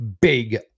big